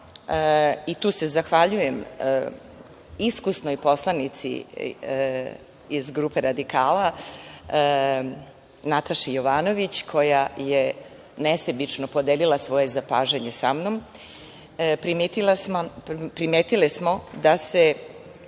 i tu se zahvaljujem iskusnoj poslanici iz grupe radikala Nataši Jovanović koja je nesebično podelila svoje zapažanje sa mnom, primetile smo da se